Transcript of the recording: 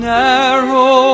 narrow